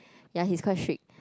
ya he's quite strict